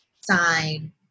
sign